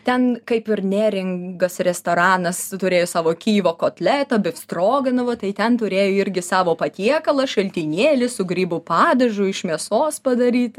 ten kaip ir neringas restoranas turėjo savo kijevo kotletą befstrogeną va tai ten turėjo irgi savo patiekalą šaltinėlį su grybų padažu iš mėsos padaryt